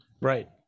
right